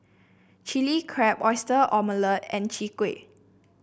Chilli Crab Oyster Omelette and Chwee Kueh